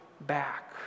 back